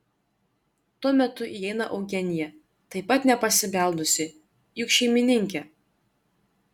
tuo metu įeina eugenija taip pat nepasibeldusi juk šeimininkė